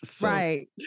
Right